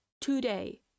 today